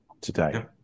today